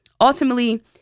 ultimately